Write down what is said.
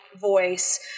voice